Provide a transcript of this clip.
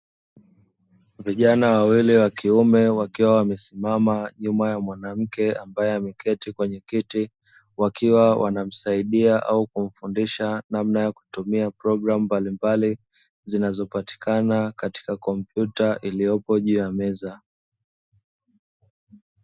Vijana wawili wa kiume wakiwa wamesimama nyuma ya mwanamke ambaye ameketi kwenye kiti, wakiwa wanamsaidia au kumfundisha namna ya kutumia programu mbalimbali zinazopatikana katika kompyuta iliyopo juu ya meza.